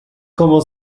como